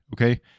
Okay